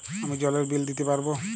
আমি জলের বিল দিতে পারবো?